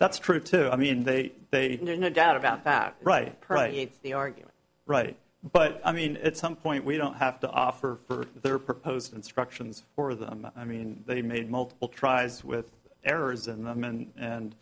that's true too i mean they they are no doubt about that right the argument right but i mean at some point we don't have to offer for their proposed instructions for them i mean they made multiple tries with errors in them and